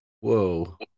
Whoa